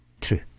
True